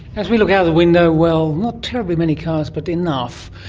as we look out of the window, well, not terribly many cars but enough,